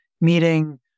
meeting